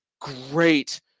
great